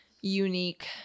unique